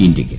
ഇന്ത്യയ്ക്ക്